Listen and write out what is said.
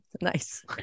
Nice